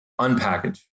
unpackage